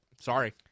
Sorry